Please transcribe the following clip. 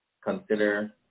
consider